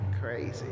Crazy